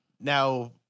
now